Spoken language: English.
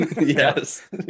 Yes